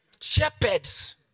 shepherds